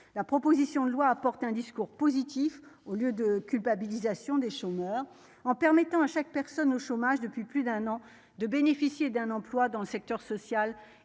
la proposition de loi apporte un discours positif, au lieu de culpabilisation des chômeurs, en permettant à chaque personne au chômage depuis plus d'un an de bénéficier d'un emploi dans le secteur social